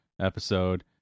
episode